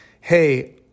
hey